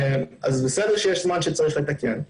זה בסדר שיש זמן שצריך לתקן,